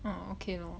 orh okay lor